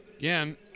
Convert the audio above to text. Again